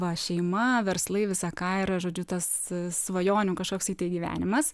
va šeima verslai visa ką yra žodžiu tas svajonių kažkoksai tai gyvenimas